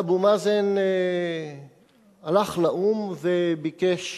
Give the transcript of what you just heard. ואבו מאזן הלך לאו"ם וביקש